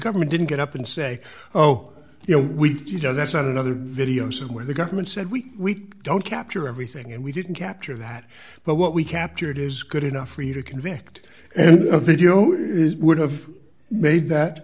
government didn't get up and say oh you know we you know that's not another video somewhere the government said we don't capture everything and we didn't capture that but what we captured is good enough for you to convict and the video would have made that